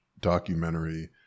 documentary